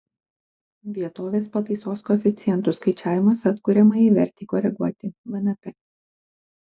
vietovės pataisos koeficientų skaičiavimas atkuriamajai vertei koreguoti vnt